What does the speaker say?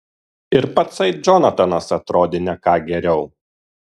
ir patsai džonatanas atrodė ne ką geriau